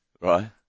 right